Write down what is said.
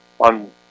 on